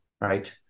right